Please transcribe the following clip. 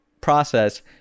process